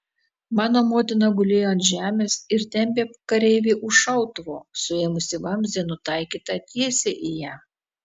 mano motina gulėjo ant žemės ir tempė kareivį už šautuvo suėmusį vamzdį nutaikytą tiesiai į ją